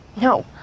no